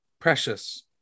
precious